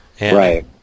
Right